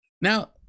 Now